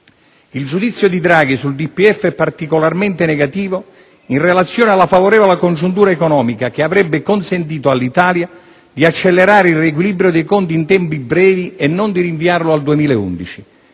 Il giudizio di Draghi sul DPEF è particolarmente negativo in relazione alla favorevole congiuntura economica che "avrebbe consentito all'Italia di accelerare il riequilibrio dei conti in tempi brevi e non di rinviarlo al 2011».